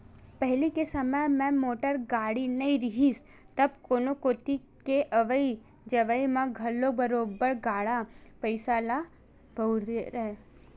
पहिली के समे म मोटर गाड़ी नइ रिहिस तब कोनो कोती के अवई जवई म घलो बरोबर गाड़ा बइला ल बउरय